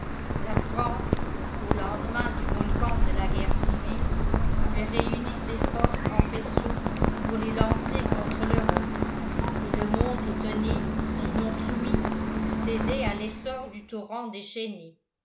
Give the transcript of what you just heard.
la france au lendemain du volcan de la guerre civile avait réuni ses forces en faisceau pour les lancer contre l'europe et le monde étonné sinon soumis cédait à l'essor du torrent